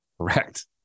correct